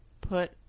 put